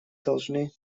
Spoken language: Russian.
должны